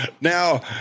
now